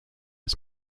its